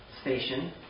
station